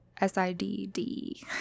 s-i-d-d